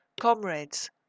Comrades